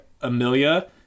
Amelia